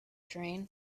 train